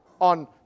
on